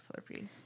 Slurpees